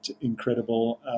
incredible